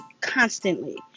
constantly